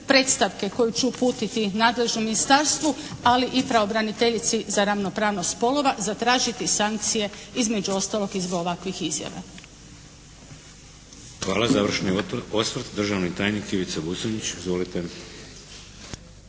koju ću uputiti nadležnom ministarstvu ali i pravobraniteljici za ravnopravnost spolova zatražiti sankcije između ostalog i zbog ovakvih izjava. **Šeks, Vladimir (HDZ)** Hvala. Završni osvrt državni tajnik Ivica Buconjić.